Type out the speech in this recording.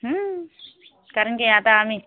कारण की आता आम्ही